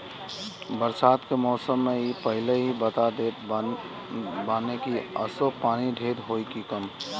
बरसात के मौसम में इ पहिले ही बता देत बाने की असो पानी ढेर होई की कम